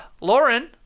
Lauren